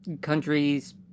countries